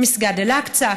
מסגד אל-אקצא,